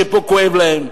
שכואב להם.